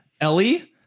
Ellie